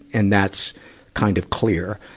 and that's kind of clear.